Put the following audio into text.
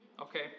Okay